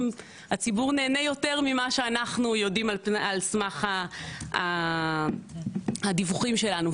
הציבור נהנה יותר ממה שאנחנו יודעים על סמך הדיווחים שלנו.